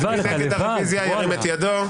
מי נגד הרוויזיה, ירים את ידו?